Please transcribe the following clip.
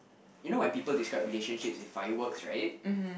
you know when people describe relationships with fireworks right